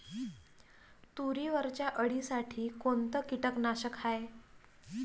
तुरीवरच्या अळीसाठी कोनतं कीटकनाशक हाये?